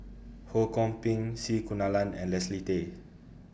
Ho Kwon Ping C Kunalan and Leslie Tay